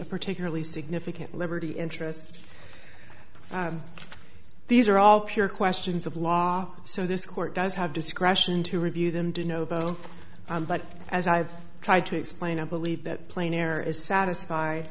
a particularly significant liberty interest these are all pure questions of law so this court does have discretion to review them to know both but as i've tried to explain i believe that plain error is satisfied